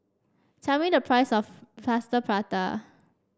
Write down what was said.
tell me the price of Plaster Prata